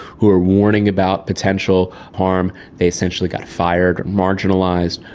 who were warning about potential harm. they essentially got fired or marginalised.